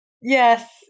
Yes